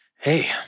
Hey